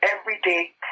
everyday